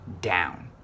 down